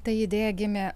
ta idėja gimė